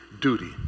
duty